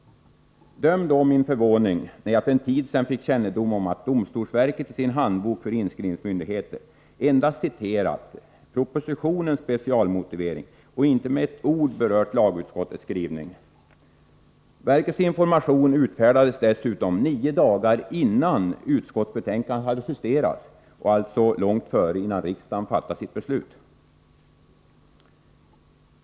Döm om min förvåning när jag för en kort tid sedan fick kännedom om att domstolsverket i sin Handbok för inskrivningsmyndighet endast citerat propositionens specialmotivering. Inte med ett ord berörde man lagutskottets skrivning. Verkets information utfärdades dessutom nio dagar innan utskottsbetänkandet justerades — alltså långt innan riksdagen fattade sitt beslut.